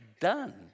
done